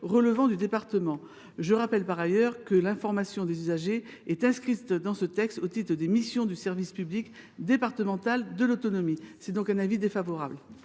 relevant du département. Je rappelle par ailleurs que l’information des usagers est inscrite dans ce texte au titre des missions du service public départemental de l’autonomie (SPDA). La commission est donc défavorable